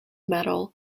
metal